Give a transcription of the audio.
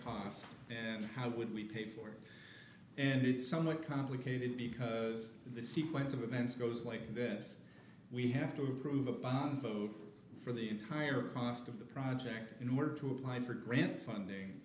cost and how would we pay for it and it's somewhat complicated because the sequence of events goes like this we have to approve a bonfire for the entire cost of the project in order to apply for grant funding